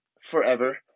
forever